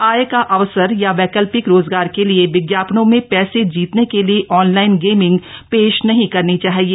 आय का अवसर या वैकल्पिक रोजगार के लिए विज्ञापनों में पैसे जीतने के लिए ऑनलाइन गेमिंग पेश नहीं करनी चाहिए